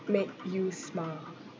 make you smile